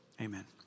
Amen